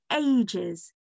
ages